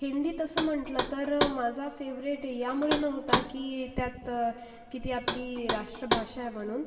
हिंदी तसं म्हटलं तर माझा फेव्हरेट यामुळे नव्हता की त्यात की ती आपली राष्ट्रभाषा आहे म्हणून